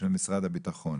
של משרד הביטחון,